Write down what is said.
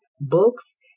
books